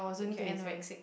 you anorexic